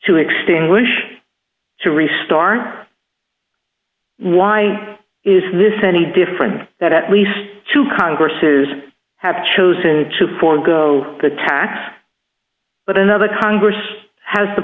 to extinguish to restart why is this any different that at least two congresses have chosen to forgo the tax but another congress has the